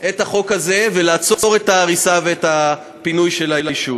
את החוק הזה ולעצור את ההריסה ואת פינוי היישוב?